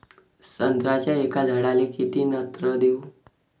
संत्र्याच्या एका झाडाले किती नत्र देऊ?